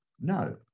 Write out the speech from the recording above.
no